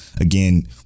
Again